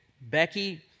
Becky